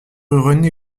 rené